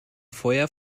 feuer